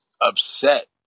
upset